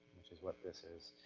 which is what this is.